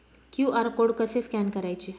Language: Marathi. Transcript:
क्यू.आर कोड कसे स्कॅन करायचे?